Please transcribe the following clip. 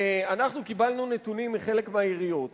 קיבלנו נתונים מחלק מהעיריות.